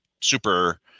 super